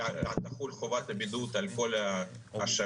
לכשתחול חובת בידוד על כל השבים.